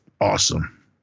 awesome